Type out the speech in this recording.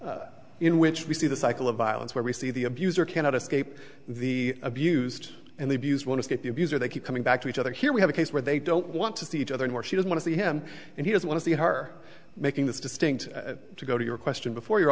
as in which we see the cycle of violence where we see the abuser cannot escape the abused and the abused want to get the abuse or they keep coming back to each other here we have a case where they don't want to see each other and where she does want to see him and he does want to see her making this distinction to go to your question before you